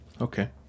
Okay